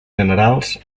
generals